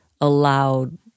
allowed